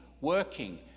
working